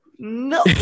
No